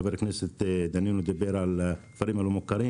חבר הכנסת דנינו דיבר על הכפרים הלא מוכרים